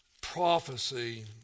prophecy